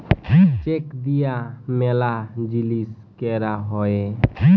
check দিয়া ম্যালা জিলিস ক্যরা হ্যয়ে